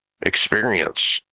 experience